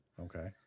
Okay